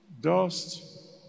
dust